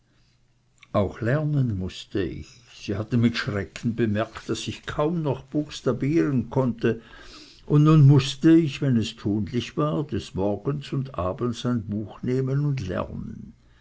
auch lernen mußte ich sie hatten mit schrecken bemerkt daß ich kaum noch buchstabieren konnte und nun mußte ich wenn es tunlich war des morgens und abends ein buch nehmen und lernen